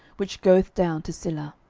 which goeth down to silla.